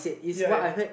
ya ya